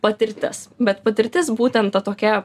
patirtas bet patirtis būtent ta tokia